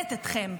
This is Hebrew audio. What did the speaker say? מכבדת אתכם.